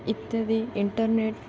ଇତ୍ୟାଦି ଇଣ୍ଟରନେଟ୍